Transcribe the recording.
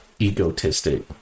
egotistic